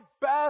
best